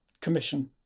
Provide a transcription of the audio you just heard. Commission